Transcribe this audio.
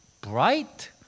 bright